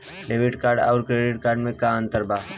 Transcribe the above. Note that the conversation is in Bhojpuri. डेबिट कार्ड आउर क्रेडिट कार्ड मे का अंतर बा?